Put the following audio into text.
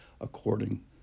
according